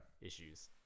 issues